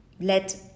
Let